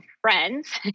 friends